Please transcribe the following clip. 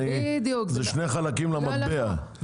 זה שני חלקים למטבע.